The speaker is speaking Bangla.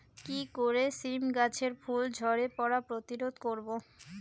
কি করে সীম গাছের ফুল ঝরে পড়া প্রতিরোধ করব?